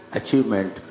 achievement